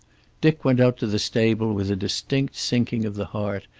dick went out to the stable with a distinct sinking of the heart,